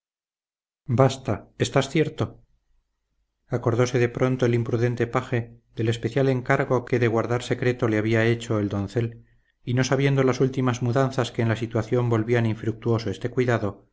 basta estás cierto acordóse de pronto el imprudente paje del especial encargo que de guardar secreto le había hecho el doncel y no sabiendo las últimas mudanzas que en la situación volvían infructuoso este cuidado